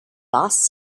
boss